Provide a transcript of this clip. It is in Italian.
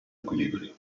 equilibrio